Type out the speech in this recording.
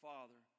Father